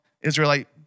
Israelite